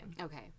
Okay